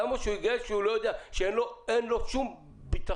למה שהוא יגייס שאין לו שום ביטחון